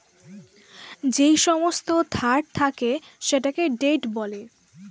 যেই সমস্ত ধার থাকে সেটাকে ডেট বলে